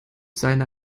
seine